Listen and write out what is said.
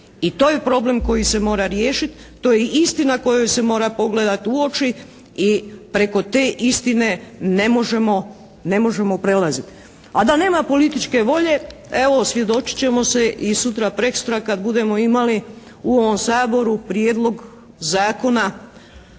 I to je problem koji se mora riješit, to je i istina kojoj se mora pogledati u oči i preko te istine ne možemo prelazit. A da nema političke volje evo, osvjedočit ćemo se i sutra, prekosutra kad budemo imali u ovom Saboru prijedlog zakona